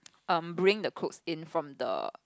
um bring the clothes in from the